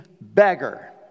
beggar